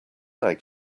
like